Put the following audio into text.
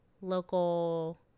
local